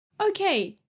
okay